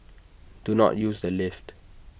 do not use the lift